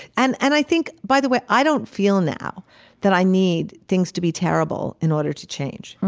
and and i think, by the way, i don't feel now that i need things to be terrible in order to change.